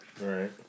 Right